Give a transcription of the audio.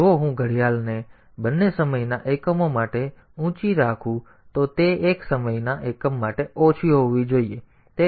તેથી જો હું ઘડિયાળને બે સમયના એકમો માટે ઊંચી રાખું તો તે એક સમયના એકમ માટે ઓછી હોવી જોઈએ